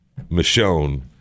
Michonne